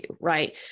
right